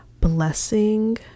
blessing